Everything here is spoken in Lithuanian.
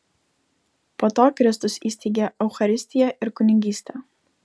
po to kristus įsteigė eucharistiją ir kunigystę